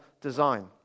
design